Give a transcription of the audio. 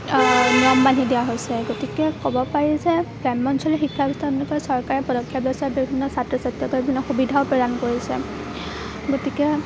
নিয়ম বান্ধি দিয়া হৈছে গতিকে ক'ব পাৰি যে গ্ৰাম্য অঞ্চলৰ শিক্ষা ব্যৱস্থা উন্নত কৰিবলৈ চৰকাৰে পদক্ষেপ লৈছে আৰু বিভিন্ন ছাত্ৰ ছাত্ৰীসমূহক বিভিন্ন সুবিধাও প্ৰদান কৰিছে গতিকে